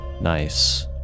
Nice